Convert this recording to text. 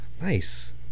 Nice